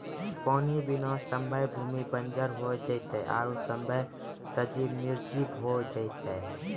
पानी बिना सभ्भे भूमि बंजर होय जेतै आरु सभ्भे सजिब निरजिब होय जेतै